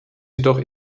jedoch